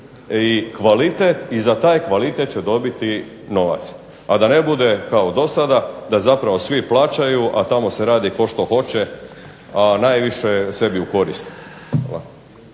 i za taj kvalitet će dobiti novac. A da ne bude kao do sada da zapravo svi plaćaju, a tamo se radi tko što hoće, a najviše sebi u korist.